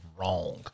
wrong